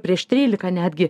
prieš trylika netgi